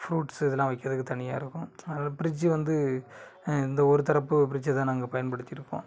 fruits இதெல்லாம் வைக்கிறதுக்கு தனியாக இருக்கும் அதனால் ஃப்ரிட்ஜ்ஜி வந்து இந்த ஒரு தரப்பு ஃப்ரிட்ஜ்ஜை தான் நாங்கள் பயன்படுத்தியிருக்கோம்